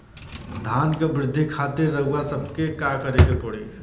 धान क वृद्धि खातिर रउआ सबके का करे के पड़ी?